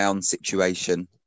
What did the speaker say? situation